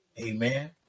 Amen